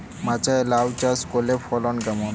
মাচায় লাউ চাষ করলে ফলন কেমন?